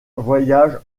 voyages